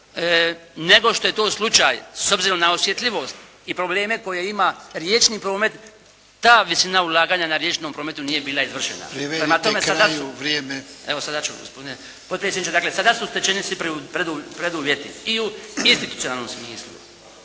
nego što je to slučaj s obzirom na osjetljivost i probleme koje ima riječni promet ta visina ulaganja na riječnom prometu nije bila izvršena … …/Upadica: Vrijeme je pri kraju,